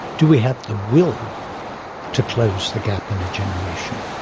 do we have the will to close the gap in a generation?